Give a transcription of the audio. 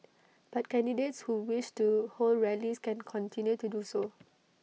but candidates who wish to hold rallies can continue to do so